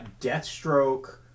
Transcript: deathstroke